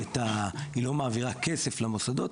היא לא מעבירה כסף למוסדות,